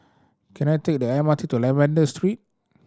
can I take the M R T to Lavender Street